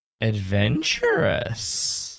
adventurous